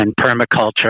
permaculture